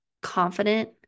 confident